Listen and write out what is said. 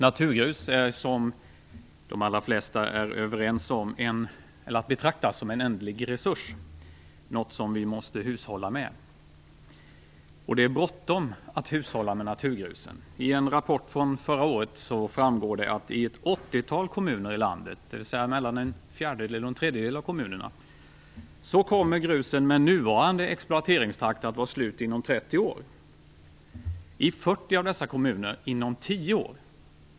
Herr talman! Naturgrus är att betrakta som en ändlig resurs, något som vi måste hushålla med. Det är de flesta överens om. Det är bråttom. I en rapport från förra året framgår det att gruset i ett 80-tal kommuner i landet, dvs.. mellan en fjärdedel och en tredjedel av kommunerna, med nuvarande exploateringstakt kommer att vara slut inom 30 år, i 40 av dessa kommuner inom 10 år.